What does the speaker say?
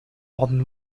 modern